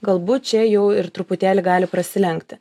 galbūt čia jau ir truputėlį gali prasilenkti